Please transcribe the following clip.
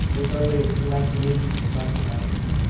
as early as the nineteen eighty s and nineteen ninety s.